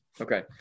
Okay